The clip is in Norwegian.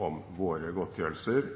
om våre godtgjørelser.